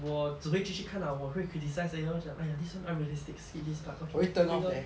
我只会继续看 ah 我会 criticise 而已 lor !aiya! this [one] unrealistic skip this part okay moving on